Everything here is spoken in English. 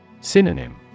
Synonym